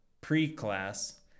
pre-class